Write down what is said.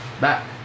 back